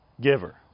giver